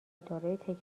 دارای